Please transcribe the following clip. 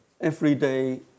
everyday